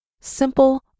simple